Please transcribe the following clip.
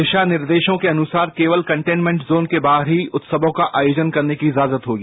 दिशा निर्देशों के अनुसार केवल कंटेनमेंट जोन के बाहर ही उत्सवों का आयोजन करने की इजाजत होगी